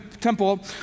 temple